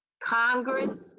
Congress